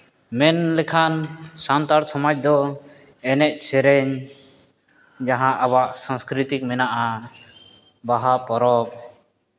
ᱢᱮᱱ ᱞᱮᱠᱷᱟᱱ ᱥᱟᱱᱛᱟᱲ ᱥᱚᱢᱟᱡᱽ ᱫᱚ ᱮᱱᱮᱡ ᱥᱮᱨᱮᱧ ᱡᱟᱦᱟᱸ ᱟᱵᱚᱣᱟᱜ ᱥᱚᱝᱥᱠᱨᱤᱛᱤ ᱢᱮᱱᱟᱜᱼᱟ ᱵᱟᱦᱟ ᱯᱚᱨᱚᱵᱽ